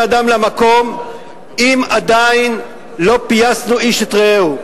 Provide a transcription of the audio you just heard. אדם למקום אם עדיין לא פייסנו איש את רעהו,